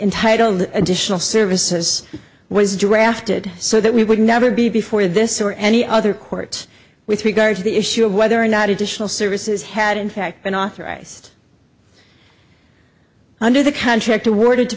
entitled additional services was drafted so that we would never be before this or any other court with regard to the issue of whether or not additional services had in fact been authorized under the contract awarded to